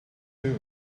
too